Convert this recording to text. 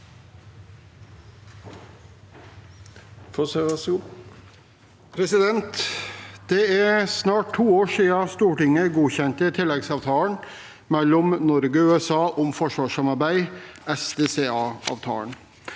Det er snart to år siden Stortinget godkjente tilleggsavtalen mellom Norge og USA om forsvarssamarbeid, SDCA-avtalen.